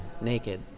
Naked